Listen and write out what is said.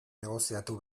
negoziatu